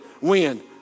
win